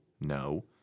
no